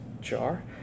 jar